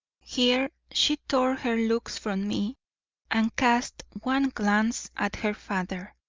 here she tore her looks from me and cast one glance at her father.